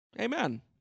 Amen